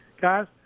Guys